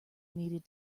needed